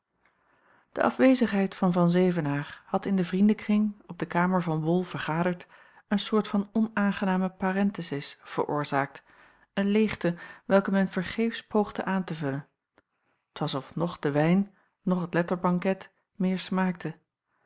de afwezigheid van van zevenaer had in den vriendenkring op de kamer van bol vergaderd een soort van onaangename parenthesis veroorzaakt een leegte welke men vergeefs poogde aan te vullen t was of noch de wijn noch het letterbanket meer smaakte